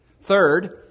Third